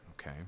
okay